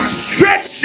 stretch